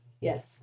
Yes